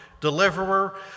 deliverer